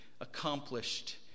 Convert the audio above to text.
accomplished